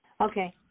Okay